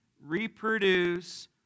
reproduce